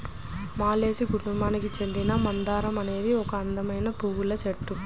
మాల్వేసి కుటుంబానికి చెందిన మందారం అనేది ఒక అందమైన పువ్వుల చెట్టు